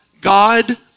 God